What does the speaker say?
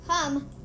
come